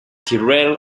tyrrell